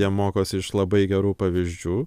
jie mokosi iš labai gerų pavyzdžių